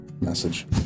message